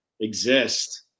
exist